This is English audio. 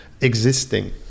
existing